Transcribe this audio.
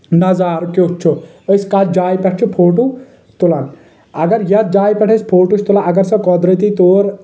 نظارٕ کیُتھ چھُ أسۍ کتھ جایہِ پٮ۪ٹھ چھِ فوٹو تُلان اگر یتھ جایہِ پٮ۪ٹھ ٲسۍ فوٹو چھِ تُلان اگر سۄ قۄدرٔتی طور